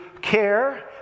care